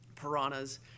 piranhas